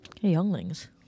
younglings